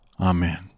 amen